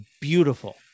beautiful